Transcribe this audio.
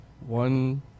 One